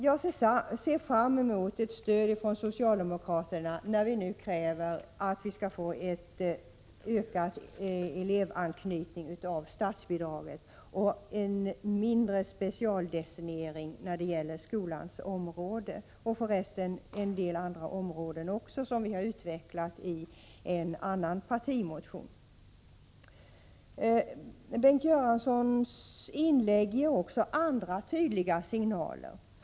Jag ser fram emot ett stöd från socialdemokraterna när vi nu kräver en ökad elevanknytning av statsbidraget och en mindre specialdestinering när det gäller skolans område — och för resten en del andra områden också, vilket vi har utvecklat i en annan partimotion. Bengt Göranssons inlägg ger också andra tydliga signaler.